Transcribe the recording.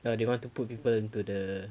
orh they want to put people into the